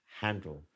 handle